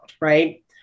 right